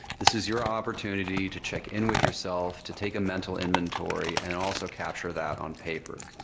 this is your opportunity to check in with yourself, to take a mental inventory and also capture that on paper.